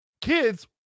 kids